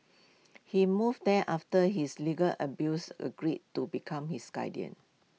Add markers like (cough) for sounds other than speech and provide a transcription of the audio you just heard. (noise) he moved there after his legal abuser agreed to become his guardian